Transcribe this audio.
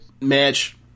match